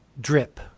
drip